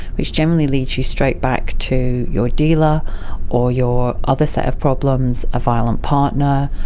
which generally leads you straight back to your dealer or your other set of problems, a violent partner,